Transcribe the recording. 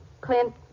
Clint